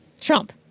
Trump